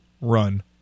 run